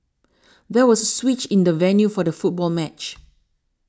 there was a switch in the venue for the football match